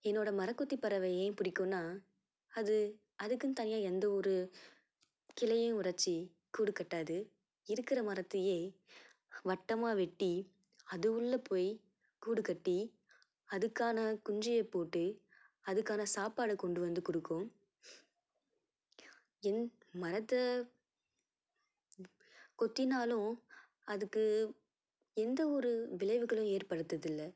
என்னோடு மரங்கொத்தி பறவை ஏன் பிடிக்குன்னா அது அதுக்குன் தனியாக எந்த ஒரு கிளையும் உடைச்சு கூடு கட்டாது இருக்கிற மரத்தையே வட்டமாக வெட்டி அது உள்ளே போய் கூடு கட்டி அதுக்கான குஞ்சியை போட்டு அதுக்கான சாப்பாடை கொண்டு வந்து கொடுக்கும் எந் மரத்தை கொத்தினாலும் அதுக்கும் எந்த ஒரு விளைவுகளும் ஏற்படுத்துறது இல்லை